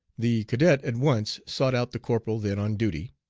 the cadet at once sought out the corporal then on duty,